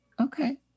Okay